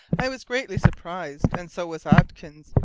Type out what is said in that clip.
i was greatly surprised, and so was atkins,